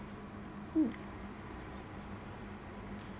mm